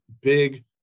big